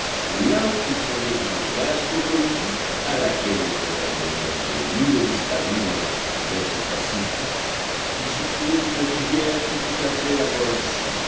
là fut fondée une vaste colonie à laquelle ils donnèrent le nom de l'île disparue dans les profondeurs du pacifique il s'y trouvait une rivière qui fut appelée la